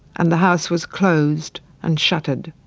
and the house was closed and shuttered.